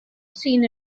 seen